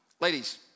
Ladies